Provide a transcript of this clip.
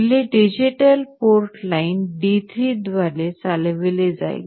relay digital port line D3 द्वारे चालविली जाईल